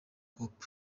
hop